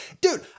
dude